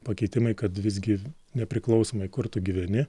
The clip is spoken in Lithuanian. pakeitimai kad visgi nepriklausomai kur tu gyveni